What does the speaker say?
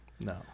no